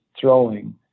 throwing